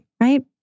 right